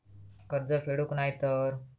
कर्ज फेडूक नाय तर?